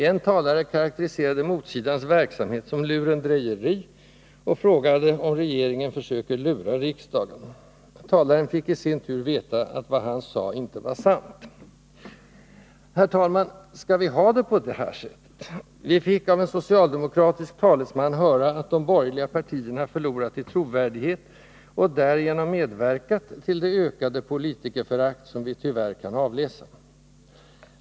En talare karakteriserade motsidans verksamhet som ”lurendrejeri” och frågade om regeringen ”försöker lura riksdagen?”. Talaren fick i sin tur veta att vad han sade inte var sant. Herr talman! Skall vi ha det på det här sättet? Vi fick av en socialdemokratisk talesman höra att de borgerliga partierna förlorat i trovärdighet och därigenom ”medverkat till det ökade politikerförakt som vi tyvärr kan avläsa”.